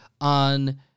on